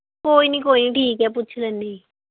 ਕੋਈ ਨਹੀਂ ਕੋਈ ਨਹੀਂ ਠੀਕ ਹੈ ਪੁੱਛ ਲੈਂਦੇ ਹਾਂ